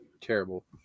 terrible